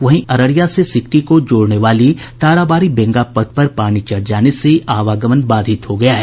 वहीं अररिया से सिकटी को जोड़ने वाली ताराबाड़ी बेंगा पथ पर पानी चढ़ जाने से आवागमन बाधित हो गया है